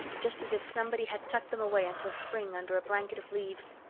just as if somebody had tucked them away until spring under a blanket of leaves.